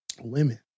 Women